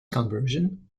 conversion